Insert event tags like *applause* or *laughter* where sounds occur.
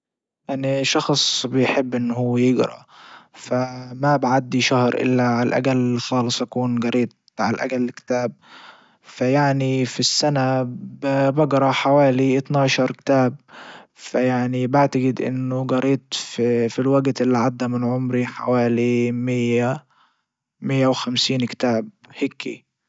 اني شخص بيحب ان هو يجرا فما بعدي شهر الا عالاجل خالص اكون جريت عالاجل كتاب فيعني في السنة بجرا حوالي اثنى عشر كتاب فيعني بعتجد انه جريت في *hesitation* في الوجت اللي عدى من عمري حوالي مئة مئة وخمسين كتاب هيكي.